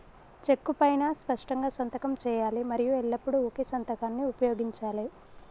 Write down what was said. చెక్కు పైనా స్పష్టంగా సంతకం చేయాలి మరియు ఎల్లప్పుడూ ఒకే సంతకాన్ని ఉపయోగించాలే